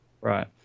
Right